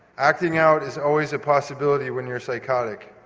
acting out is always a possibility when you're psychotic,